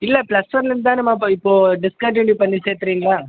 இல்லை ப்ளஸ் ஒன்லந் தானேமா இப்போ இப்போது டிஸ்க்கண்டினியூ பண்ணி சேர்க்கறீங்ளா